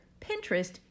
Pinterest